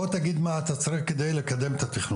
בוא תגיד מה אתה צריך על מנת לקדם את התכנון.